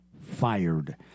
fired